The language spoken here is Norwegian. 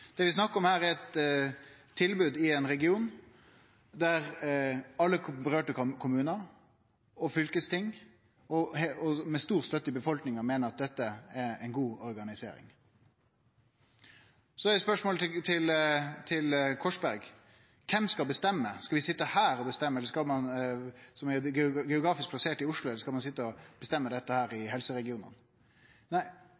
Det vi snakkar om her, er eit tilbod i ein region der alle kommunane det gjeld, og fylkesting – med stor støtte i befolkninga – meiner at dette er ei god organisering. Så eit spørsmål til Korsberg: Kven skal bestemme? Skal vi som er geografisk plasserte i Oslo, sitje her og bestemme, eller skal ein bestemme dette i helseregionane? Er ikkje poenget her